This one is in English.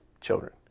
children